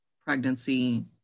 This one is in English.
pregnancy